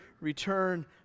return